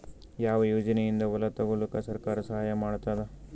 ಯಾವ ಯೋಜನೆಯಿಂದ ಹೊಲ ತೊಗೊಲುಕ ಸರ್ಕಾರ ಸಹಾಯ ಮಾಡತಾದ?